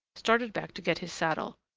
started back to get his saddle.